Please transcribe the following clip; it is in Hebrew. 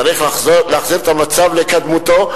צריך להחזיר את המצב לקדמותו,